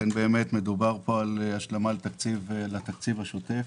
מדובר פה על השלמת התקציב לתקציב השוטף.